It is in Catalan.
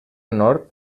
nord